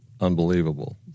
unbelievable